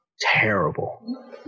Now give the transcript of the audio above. terrible